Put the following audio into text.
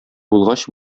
булгач